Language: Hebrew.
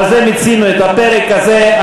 בזה מיצינו את הפרק הזה.